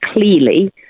clearly